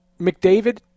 McDavid